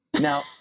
Now